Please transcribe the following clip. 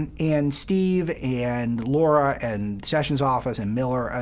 and and steve and laura and sessions' office and miller, ah